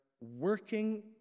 working